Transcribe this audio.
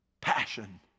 Passion